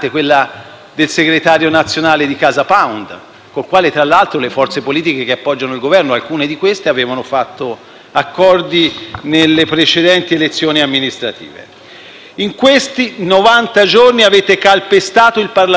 del segretario nazionale di CasaPound, con il quale tra l'altro alcune delle forze politiche che appoggiano il Governo avevano fatto accordi nelle precedenti elezioni amministrative. In questi novanta giorni avete calpestato il Parlamento;